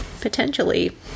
potentially